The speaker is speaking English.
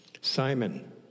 Simon